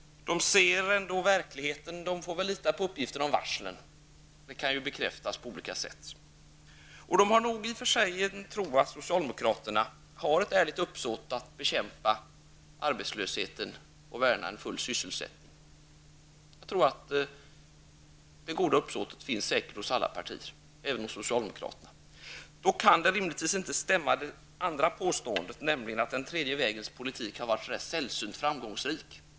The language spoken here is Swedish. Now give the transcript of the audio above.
De ser ändå verkligheten. Det får väl lita på uppgifterna om varslen. De kan ju bekräftas på olika sätt. Och de har nog en tro på att socialdemokraterna har ett ärligt uppsåt att bekämpa arbetslösheten och värna en full sysselsättning. Jag tror säkert att det goda uppsåtet finns hos alla partier, även hos socialdemokraterna. Då kan det andra påståendet, nämligen att den tredje vägens politik har varit sällsynt framgångsrikt, inte stämma.